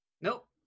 Nope